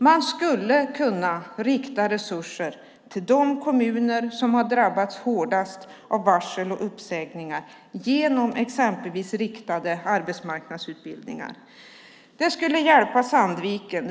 Man skulle kunna rikta resurser till de kommuner som har drabbats hårdast av varsel och uppsägningar genom exempelvis riktade arbetsmarknadsutbildningar. Det skulle hjälpa Sandviken.